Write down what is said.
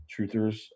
truthers